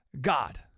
God